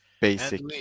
basic